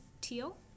Teal